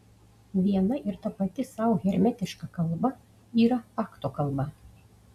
viena ir tapati sau hermetiška kalba yra fakto kalba